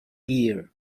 year